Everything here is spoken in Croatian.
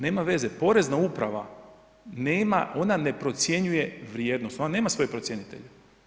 Nema veze, Porezna uprava, nema, ona ne procjenjuje vrijednost, ona nema svoje procjenitelje.